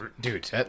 Dude